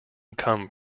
come